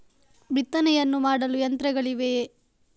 ಬಿತ್ತನೆಯನ್ನು ಮಾಡಲು ಯಂತ್ರಗಳಿವೆಯೇ?